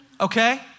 Okay